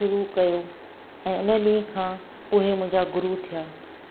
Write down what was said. शुरू कयो ऐं हुन ॾींहं खां उहे मुंहिंजा गुरू थिया